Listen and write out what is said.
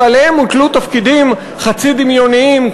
שעליהם הוטלו תפקידים חצי דמיוניים,